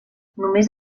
només